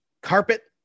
carpet